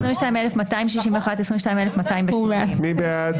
22,281 עד 22,300. מי בעד?